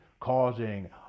causing